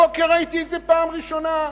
הבוקר ראיתי את זה פעם ראשונה.